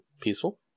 Peaceful